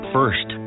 First